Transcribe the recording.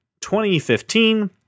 2015